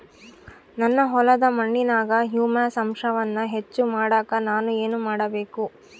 ನನ್ನ ಹೊಲದ ಮಣ್ಣಿನಾಗ ಹ್ಯೂಮಸ್ ಅಂಶವನ್ನ ಹೆಚ್ಚು ಮಾಡಾಕ ನಾನು ಏನು ಮಾಡಬೇಕು?